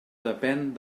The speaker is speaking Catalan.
depèn